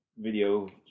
video